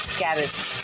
carrots